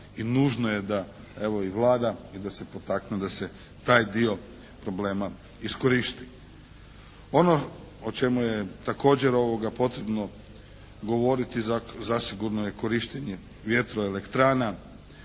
i nužno je da evo i Vlada i da se potakne da se taj dio problema iskoristi. Ono o čemu je također potrebno govoriti zasigurno je korištenje vjetroelektrana,